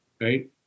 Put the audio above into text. Right